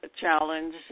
challenge